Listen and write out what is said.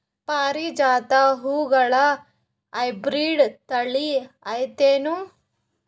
ಪಾರಿಜಾತ ಹೂವುಗಳ ಹೈಬ್ರಿಡ್ ಥಳಿ ಐತೇನು?